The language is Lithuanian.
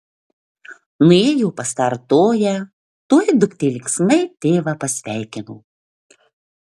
nuėjo pas tą artoją tuoj duktė linksmai tėvą pasveikino